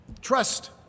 trust